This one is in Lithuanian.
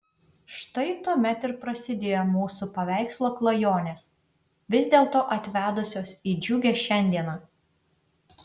štai tuomet ir prasidėjo mūsų paveikslo klajonės vis dėlto atvedusios į džiugią šiandieną